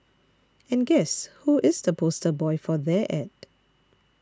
and guess who is the poster boy for their ad